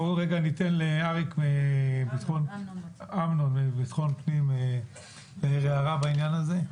בואו ניתן לאמנון בבטחון פנים הערה בעניין הזה.